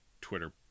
twitter